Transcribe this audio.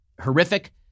horrific